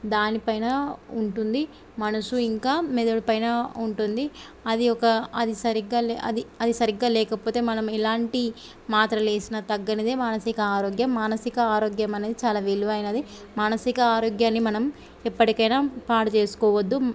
దానిపైన ఉంటుంది మనసు ఇంకా మెదడు పైన ఉంటుంది అది ఒక అది సరిగ్గా లేకపోతే మనం ఎలాంటి మాత్రలు వేసినా తగ్గనిదే మానసిక ఆరోగ్యం మానసిక ఆరోగ్యం అనేది చాలా విలువైనది మానసిక ఆరోగ్యాన్ని మనం ఎప్పడికైనా పాడు చేసుకోవద్దు